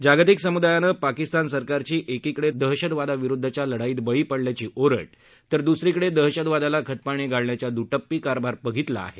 जागतिक सम्दायानं पाकिस्तान सरकारची एकीकडे दहशतवादाविरुद्धच्या लढाईत बळी पडल्याची ओरड तर द्सरीकडे दहशतवादाला खतपाणी घालण्याचा द्टप्पी कारभार बघितला आहे